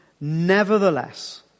Nevertheless